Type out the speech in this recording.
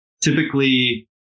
typically